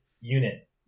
unit